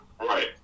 Right